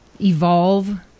evolve